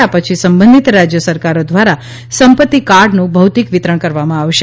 આ પછી સંબંધિત રાજ્ય સરકારો દ્વારા સંપત્તિ કાર્ડનું ભૌતિક વિતરણ કરવામાં આવશે